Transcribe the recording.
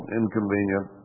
inconvenient